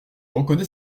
reconnais